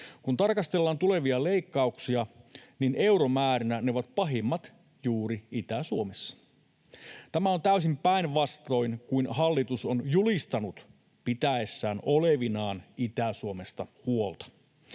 Kun tarkastellaan tulevia leikkauksia, niin euromäärinä ne ovat pahimmat juuri Itä-Suomessa. Tämä on täysin päinvastoin kuin hallitus on julistanut pitäessään olevinaan Itä-Suomesta huolta.